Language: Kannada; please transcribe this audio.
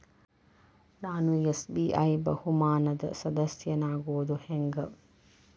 ನಾನು ಎಸ್.ಬಿ.ಐ ಬಹುಮಾನದ್ ಸದಸ್ಯನಾಗೋದ್ ಹೆಂಗ?